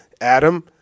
Adam